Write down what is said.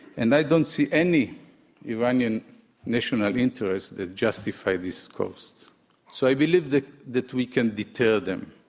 and i don't see any iranian national interests that justifies this cost so i believe that that we can deter them.